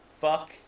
Fuck